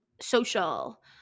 social